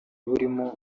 burimo